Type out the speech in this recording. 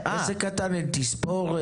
לעסק קטן אין תספורת,